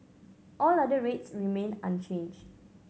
all other rates remain unchanged